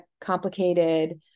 complicated